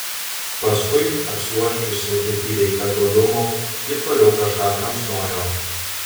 paskui apsiuosčiusi ir įveikta godumo ji toliau kažką kramsnojo